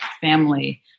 family